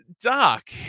doc